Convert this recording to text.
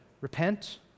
Repent